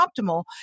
optimal